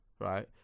right